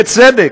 בצדק,